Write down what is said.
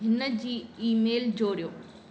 हिन जी ईमेल जोड़ियो